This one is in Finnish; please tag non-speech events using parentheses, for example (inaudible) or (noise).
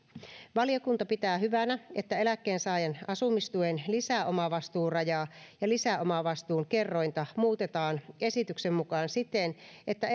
valiokunta pitää hyvänä että eläkkeensaajan asumistuen lisäomavastuurajaa ja lisäomavastuun kerrointa muutetaan esityksen mukaan siten että (unintelligible)